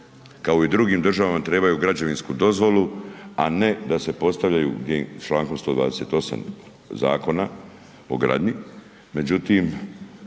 kao i u drugim državama, trebaju građevinsku dozvolu, a ne da se postavljaju čl. 128. Zakona o gradnji.